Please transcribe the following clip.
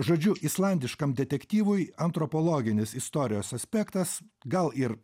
žodžiu islandiškam detektyvui antropologinis istorijos aspektas gal ir